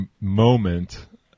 moment